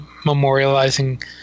memorializing